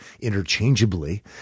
interchangeably